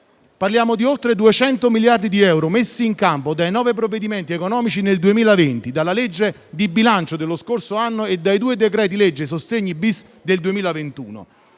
parliamo di oltre 200 miliardi di euro messi in campo da nove provvedimenti economici nel 2020, dalla legge di bilancio dello scorso anno e dai due decreti-legge sostegni e